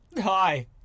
Hi